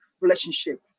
relationship